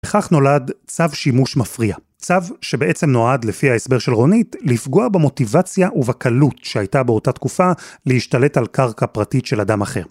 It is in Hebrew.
לכך נולד צו שימוש מפריע, צו שבעצם נועד לפי ההסבר של רונית לפגוע במוטיבציה ובקלות שהייתה באותה תקופה להשתלט על קרקע פרטית של אדם אחר.